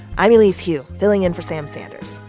i'm elise hu, filling in for sam sanders.